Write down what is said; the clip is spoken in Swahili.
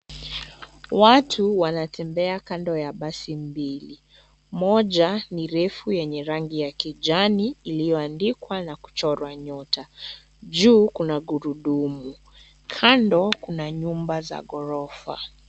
Watu wanatembea kando ya basi mbili, moja ni refu yenye rangi ya kijani iliyoandikwa na kuchorwa nyota. Juu kuna gurudumu, kando kuna nyumba za ghorofa.